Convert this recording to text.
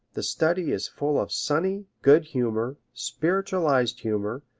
the study is full of sunny, good humor, spiritualized humor,